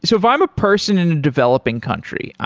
so if i'm a person in a developing country,